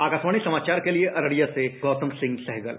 आकाशवाणी समाचार के लिए अररिया से गौतम सिंह सहगल